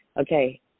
Okay